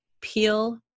peel